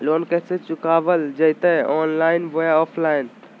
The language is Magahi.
लोन कैसे चुकाबल जयते ऑनलाइन बोया ऑफलाइन?